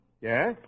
Yes